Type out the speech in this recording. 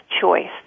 choice